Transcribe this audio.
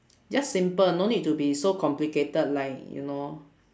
just simple no need to be so complicated like you know